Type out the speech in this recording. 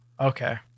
okay